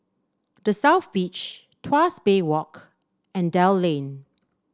The South Beach Tuas Bay Walk and Dell Lane